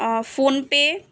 PhonePe